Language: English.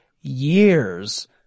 years